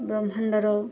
ବ୍ରହ୍ମାଣ୍ଡର